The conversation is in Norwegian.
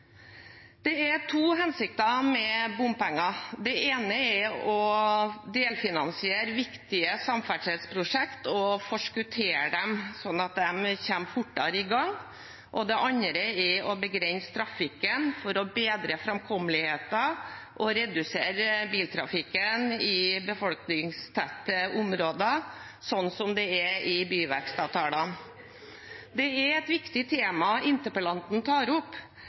Det er to hensikter med bompenger. Det ene er å delfinansiere viktige samferdselsprosjekter og forskuttere dem, slik at de kommer fortere i gang. Det andre er å begrense trafikken for å bedre framkommeligheten og redusere biltrafikken i befolkningstette områder, slik det er i byvekstavtalene. Det er et viktig tema interpellanten tar opp.